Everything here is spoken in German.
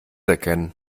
erkennen